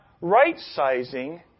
right-sizing